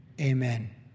amen